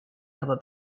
aber